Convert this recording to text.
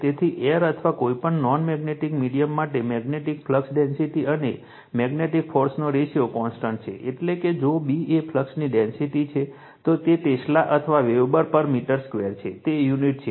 તેથી એર અથવા કોઈપણ નોન મેગ્નેટિક મીડિયમ માટે મેગ્નેટિક ફ્લક્સ ડેન્સિટી અને મેગ્નેટિક ફોર્સનો રેશિયો કોન્સટન્ટ છે એટલે કે જો B એ ફ્લક્સની ડેન્સિટી છે તો તે ટેસ્લા અથવા વેબર પર મીટર સ્ક્વેર છે તે યુનિટ છે